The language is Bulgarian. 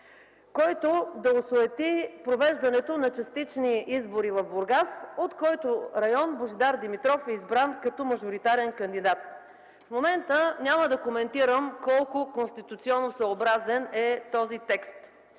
който да осуети провеждането на частични избори в Бургас, от който район Божидар Димитров е избран като мажоритарен кандидат. В момента няма да коментирам колко конституционосъобразен е този текст,